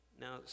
Now